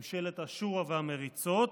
ממשלת השורא והמריצות.